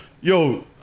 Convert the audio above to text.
yo